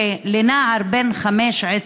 שלנער בן 15,